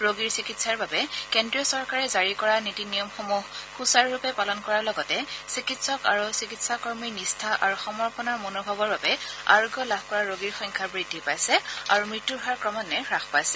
ৰোগীৰ চিকিৎসাৰ বাবে কেজ্ৰীয় চৰকাৰে জাৰি কৰা নীতি নিয়মসমূহ সূচাৰুৰূপে পালন কৰাৰ লগতে চিকিৎসক আৰু চিকিৎসাকৰ্মীৰ নিষ্ঠা আৰু সমৰ্পণৰ মনোভাৱৰ বাবে আৰোগ্য লাভ কৰা ৰোগীৰ সংখ্যা বব্ধি পাইছে আৰু মৃত্যৰ হাৰ ক্ৰমান্বয়ে হাস পাইছে